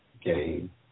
game